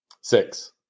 Six